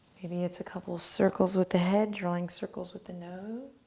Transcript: maybe it's a couple circles with the head, drawing circles with the nose